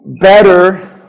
better